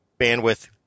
bandwidth